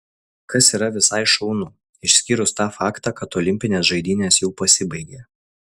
kas yra visai šaunu išskyrus tą faktą kad olimpinės žaidynės jau pasibaigė